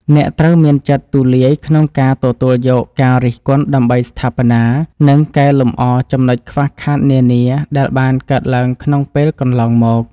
អ្នកត្រូវមានចិត្តទូលាយក្នុងការទទួលយកការរិះគន់ដើម្បីស្ថាបនា និងកែលម្អចំណុចខ្វះខាតនានាដែលបានកើតឡើងក្នុងពេលកន្លងមក។